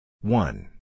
One